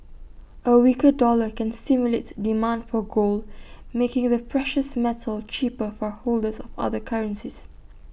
A weaker dollar can stimulate demand for gold making the precious metal cheaper for holders of other currencies